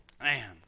Man